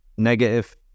negative